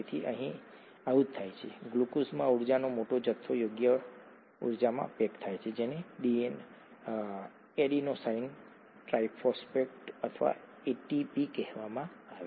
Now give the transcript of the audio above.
તેથી અહીં આવું જ થાય છે ગ્લુકોઝમાં ઊર્જાનો મોટો જથ્થો યોગ્ય ઊર્જામાં પેક થાય છે જેને એડીનોસાઇન ટ્રાઇફોસ્ફેટ અથવા એટીપી કહેવામાં આવે છે